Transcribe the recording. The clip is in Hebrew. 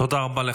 תודה רבה.